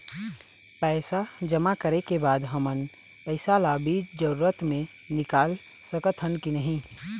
पैसा जमा करे के बाद हमन पैसा ला बीच जरूरत मे निकाल सकत हन की नहीं?